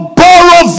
borrow